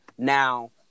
Now